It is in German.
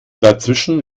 dazwischen